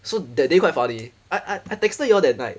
so that day quite funny I I texted you all that night